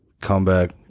Comeback